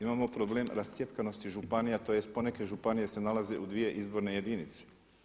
Imamo problem rascjepkanosti županija, tj. poneke županije se nalaze u dvije izborne jedinice.